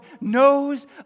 knows